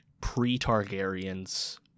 pre-targaryens